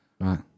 Right